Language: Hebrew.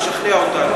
תשכנע אותנו,